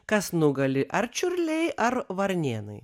kas nugali ar čiurliai ar varnėnai